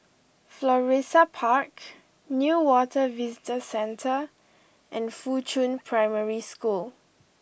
Florissa Park Newater Visitor Centre and Fuchun Primary School